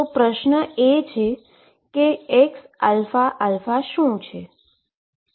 તો પ્રશ્ન એ છે કે xαα શું છે